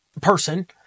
person